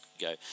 go